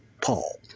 Paul